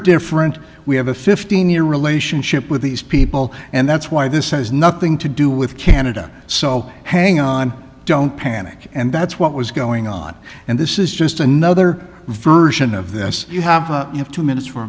different we have a fifteen year relationship with these people and that's why this has nothing to do with canada so hang on don't panic and that's what was going on and this is just another version of this you have you have two minutes for